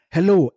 Hello